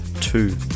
two